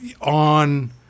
on –